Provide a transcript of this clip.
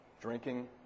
drinking